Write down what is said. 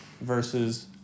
versus